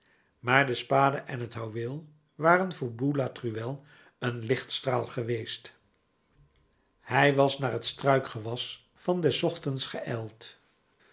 maar de spade en het houweel waren voor boulatruelle een lichtstraal geweest hij was naar het struikgewas van des ochtends geijld